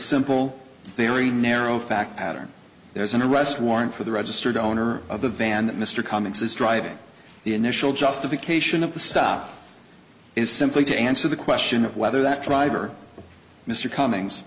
simple very narrow fact pattern there's an arrest warrant for the registered owner of the van that mr comics is driving the initial justification of the stop is simply to answer the question of whether that driver mr cummings